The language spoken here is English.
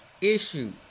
issue